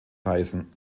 reisen